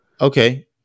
Okay